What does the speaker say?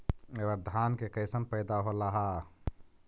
अबर धान के कैसन पैदा होल हा?